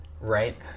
Right